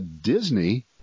disney